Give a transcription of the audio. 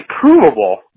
provable